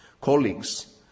colleagues